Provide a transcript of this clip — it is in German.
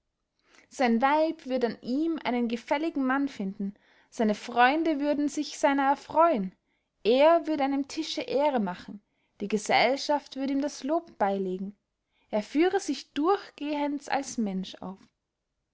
sein weib würd an ihm einen gefälligen mann finden seine freunde würden sich seiner erfreuen er würd einem tische ehre machen die gesellschaft würd ihm das lob beylegen er führe sich durchgehends als mensch auf